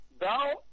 thou